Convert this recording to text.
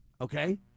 Okay